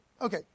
Okay